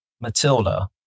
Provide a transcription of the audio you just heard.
Matilda